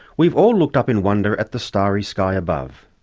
we've all looked up in wonder at the starry sky above.